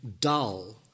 dull